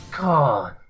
God